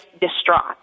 distraught